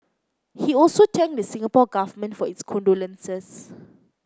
he also thanked the Singapore Government for its condolences